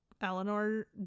Eleanor